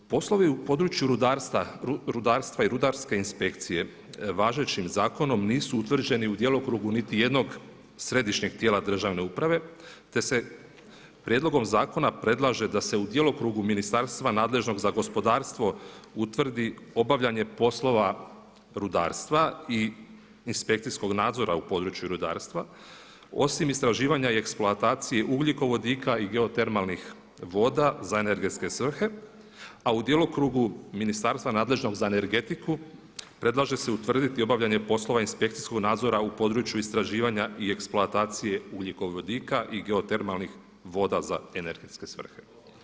Poslovi u području rudarstva i rudarske inspekcije, važećim zakonom nisu utvrđeni u djelokrugu niti jednog središnjeg tijela državne uprave, te se prijedlogom zakona predlaže da se u djelokrugu ministarstva nadležnog za gospodarstvo utvrdi obavljanje poslova rudarstva i inspekcijskog nadzora u području rudarstva, osim istraživanja i eksploatacije ugljikovodika i geotermalnih voda za energetske svrhe, a u djelokrugu ministarstva nadležnog za energetiku predlaže se utvrditi obavljanje poslova inspekcijskog nadzora u području istraživanja i eksploatacije ugljikovodika i geotermalnih voda za energetske svrhe.